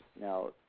Now